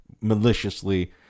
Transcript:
maliciously